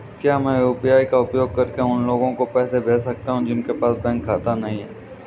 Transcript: क्या मैं यू.पी.आई का उपयोग करके उन लोगों को पैसे भेज सकता हूँ जिनके पास बैंक खाता नहीं है?